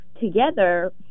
together